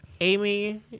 Amy